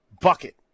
bucket